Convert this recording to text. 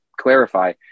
clarify